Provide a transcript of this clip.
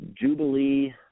Jubilee